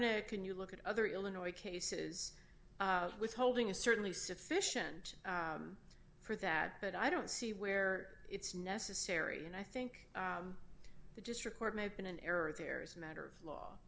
wernick can you look at other illinois cases withholding is certainly sufficient for that but i don't see where it's necessary and i think the district court may have been in error here is a matter of law